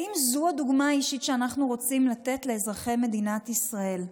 האם זו הדוגמה האישית שאנחנו רוצים לתת לאזרחי מדינת ישראל?